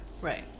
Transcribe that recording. Right